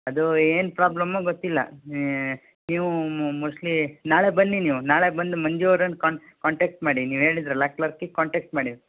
ಅದು ಏನು ಪ್ರಾಬ್ಲಮ್ಮು ಗೊತ್ತಿಲ್ಲ ನೀವು ಮೋಸ್ಟ್ಲಿ ನಾಳೆ ಬನ್ನಿ ನೀವು ನಾಳೆ ಬಂದು ಮಂಜು ಅವರನ್ನು ಕಾಂಟಾಕ್ಟ್ ಮಾಡಿ ನೀವು ಹೇಳಿದ್ರಲ್ಲಾ ಕ್ಲರ್ಕಿಗೆ ಕಾಂಟಾಕ್ಟ್ ಮಾಡಿ